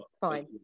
fine